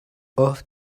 ought